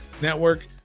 Network